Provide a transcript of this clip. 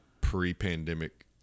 pre-pandemic